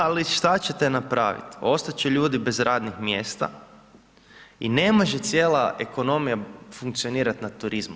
Ali šta ćete napraviti, ostati će ljudi bez radnih mjesta i ne može cijela ekonomija funkcionirati na turizmu.